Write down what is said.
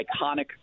iconic